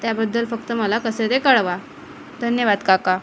त्याबद्दल फक्त मला कसे ते कळवा धन्यवाद काका